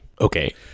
Okay